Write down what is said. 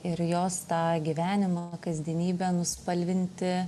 ir jos tą gyvenimo kasdienybę nuspalvinti